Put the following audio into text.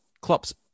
Klopp's